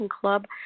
club